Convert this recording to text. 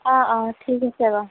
অঁ অঁ ঠিক আছে বাৰু